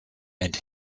and